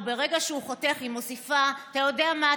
וברגע שהוא חותך את הבשר היא מוסיפה: 'אתה יודע מה?